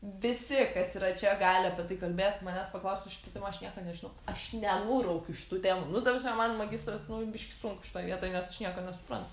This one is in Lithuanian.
visi kas yra čia gali apie tai kalbėt manęs paklaustų šita tema aš nieko nežinau aš nenuraukiu šitų temų nu ta prasme man magistras nu biškį sunku šitoj vietoj nes aš nieko nesuprantu